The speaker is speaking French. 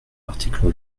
l’article